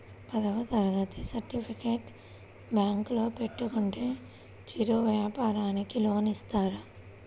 పదవ తరగతి సర్టిఫికేట్ బ్యాంకులో పెట్టుకుంటే చిరు వ్యాపారంకి లోన్ ఇస్తారా?